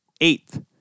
eighth